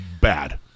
bad